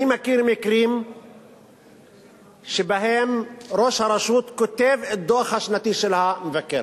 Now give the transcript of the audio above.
אני מכיר מקרים שבהם ראש הרשות כותב את הדוח השנתי של המבקר,